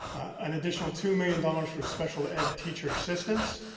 an additional two million dollars for special ed teacher assistance.